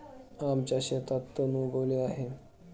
आमच्या शेतात तण उगवले आहे